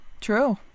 True